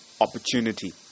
opportunity